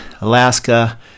Alaska